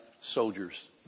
soldiers